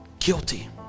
Guilty